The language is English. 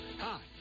Hi